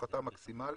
הפחתה מקסימלית.